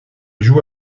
joue